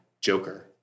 Joker